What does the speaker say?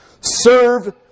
Serve